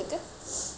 but ya